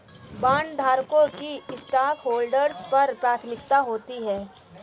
बॉन्डधारकों की स्टॉकहोल्डर्स पर प्राथमिकता होती है